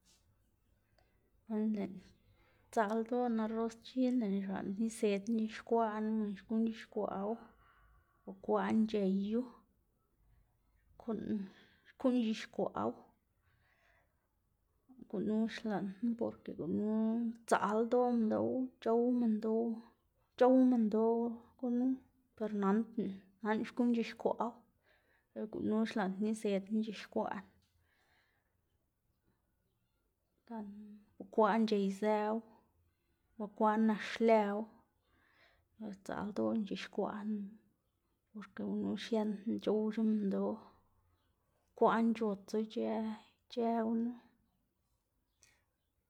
Nana lëꞌná sdzaꞌl ldoꞌná arroz chin lëꞌná xlaꞌndná isedná ix̱ixkwaꞌnu gan xkuꞌn c̲h̲ixkwaꞌwu, bukwaꞌn c̲h̲eyu, xkuꞌn xkuꞌn c̲h̲ixkwaꞌwu, gunu xlaꞌndná porke gunu sdzaꞌl ldoꞌ minndoꞌwu c̲h̲ow minndoꞌwu, c̲h̲ow minndoꞌ gunu per nandná, nandná xkuꞌn c̲h̲ixkwaꞌwu, lo gunu xlaꞌndná isedná ix̱ixkwaꞌná, gan bekwaꞌn c̲h̲eyzëwu, bukwaꞌn nak xlëwu, sdzaꞌl ldoꞌná c̲h̲ixkwaꞌnu, porke gunu xiendná c̲h̲owc̲h̲a minndoꞌ, kwaꞌn c̲h̲otso ic̲h̲ë ic̲h̲ë gunu.